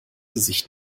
gesicht